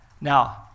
Now